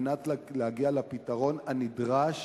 כדי להגיע לפתרון הנדרש